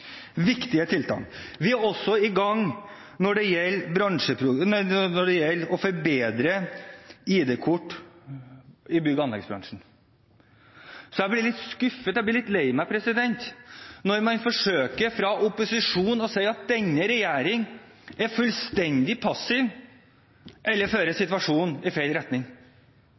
viktige tiltak. Vi er også i gang med å forbedre ID-kort i bygg- og anleggsbransjen. Så jeg blir litt skuffet og lei meg når opposisjonen forsøker å si at denne regjeringen er fullstendig passiv eller fører situasjonen i feil retning.